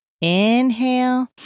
Inhale